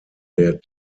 der